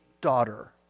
daughter